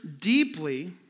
deeply